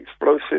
explosive